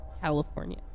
California